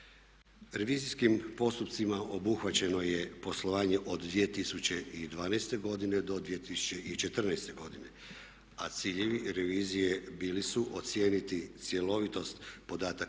Revizijskim postupcima obuhvaćeno je poslovanje od 2012. godine do 2014. godine a ciljevi revizije bili su ocijeniti cjelovitost podataka